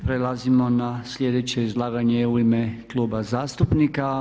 Prelazimo na sljedeće izlaganje u ime kluba zastupnika.